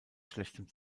schlechtem